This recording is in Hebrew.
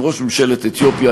עם ראש ממשלת אתיופיה,